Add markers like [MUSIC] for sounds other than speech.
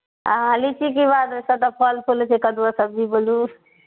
आँ लीची की भाव देबय सबटा फल फूल छै [UNINTELLIGIBLE] सब्जी बोलू